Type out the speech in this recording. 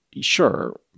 sure